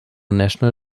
national